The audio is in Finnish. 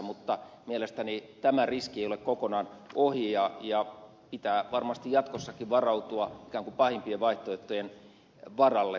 mutta mielestäni tämä riski ei ole kokonaan ohi pitää varmasti jatkossakin varautua ikään kuin pahimpien vaihtoehtojen varalle kreikan osalta